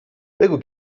بگو